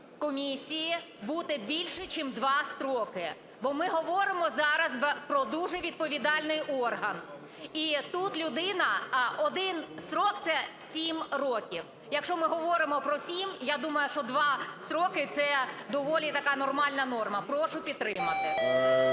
комісії бути більше чим два строки. Бо ми говоримо зараз про дуже відповідальний орган. І тут людина, один строк – це 7 років. Якщо ми говоримо про 7, я думаю, що два строки це доволі така нормальна норма. Прошу підтримати.